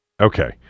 Okay